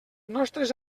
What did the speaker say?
nostres